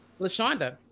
Lashonda